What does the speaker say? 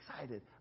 excited